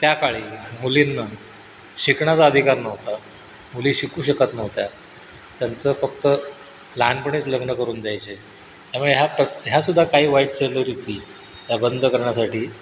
त्या काळी मुलींना शिकण्याचा अधिकार नव्हता मुली शिकू शकत नव्हत्या त्यांचं फक्त लहानपणीच लग्न करून द्यायचे त्यामुळे ह्या परत ह्यासुद्धा काही वाईट चालीरीती ह्या बंद करण्यासाठी